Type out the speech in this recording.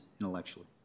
intellectually